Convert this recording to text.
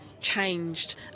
changed